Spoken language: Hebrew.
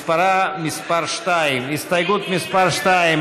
מס' 2. הסתייגות מס' 2,